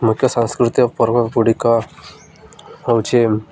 ମୁଖ୍ୟ ସାଂସ୍କୃତିକ ପର୍ବ ଗୁଡ଼ିକ ହେଉଛି